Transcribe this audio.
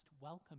welcome